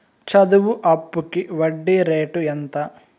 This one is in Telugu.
చదువు అప్పుకి వడ్డీ రేటు ఎంత?